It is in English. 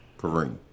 Kareem